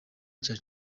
cya